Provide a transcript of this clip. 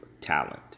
talent